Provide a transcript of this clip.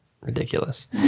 ridiculous